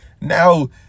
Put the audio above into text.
now